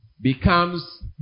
becomes